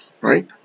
right